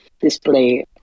display